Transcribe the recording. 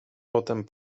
potem